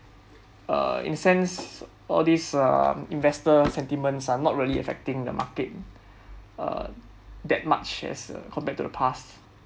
err in sense all these uh investor sentiments are not really affecting the market uh that much as compared to the past